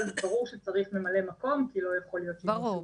אבל ברור שצריך ממלא מקום כי לא יכול להיות -- ברור,